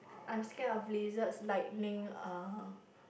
I'm scared of lizards lightning uh